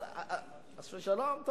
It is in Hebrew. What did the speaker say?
חס ושלום.